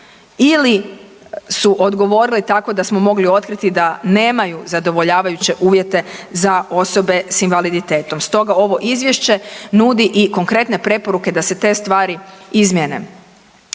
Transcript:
ili su odgovorili tako da smo mogli otkriti da nemaju zadovoljavajuće uvjete za osobe s invaliditetom. Stoga ovo izvješće nudi i konkretne preporuke da se te stvari izmijene.